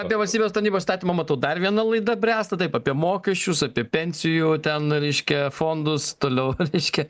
apie valstybės tarnybos įstatymą matau dar viena laida bręsta taip apie mokesčius apie pensijų ten reiškia fondus toliau reiškia